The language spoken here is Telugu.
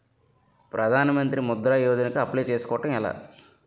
ప్రధాన మంత్రి ముద్రా యోజన కు అప్లయ్ చేసుకోవటం ఎలా?